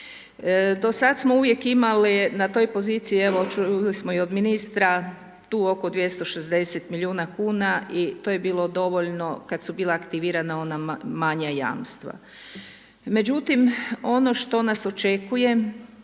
Do sad smo uvijek imali na toj poziciji evo čuli smo i od ministra tu oko 260 miliona kuna i to je bilo dovoljno kad su bila aktivirana ona manja jamstva. Međutim, ono što nas očekuje